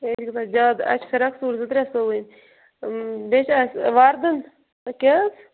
ہے یہِ چھُ گَژھان زیادٕ اَسہِ چھِ فِراک سوٗٹھ زٕ ترٛےٚ سُوُنٕی بیٚیہِ چھُ اَسہِ وردن کیٛاہ حط